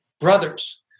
brothers